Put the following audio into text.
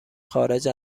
خارج